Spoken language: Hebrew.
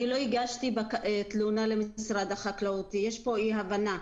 אני לא הגשתי תלונה למשרד החקלאות, יש פה אי הבנה.